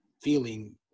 feeling